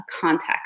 context